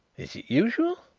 is it usual?